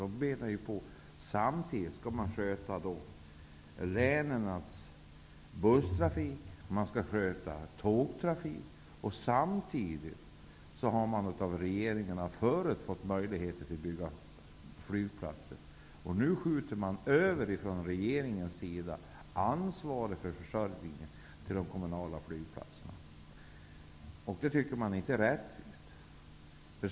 De menar att de samtidigt skall sköta länens busstrafik och tågtrafik. Förut har man av regeringarna fått möjlighet att bygga flygplatser. Nu skjuter regeringen över ansvaret för försörjningen på de kommunala flygplatserna. Det tycker man inte är rättvist.